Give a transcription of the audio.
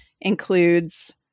includes